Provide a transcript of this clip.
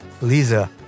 Lisa